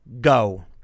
go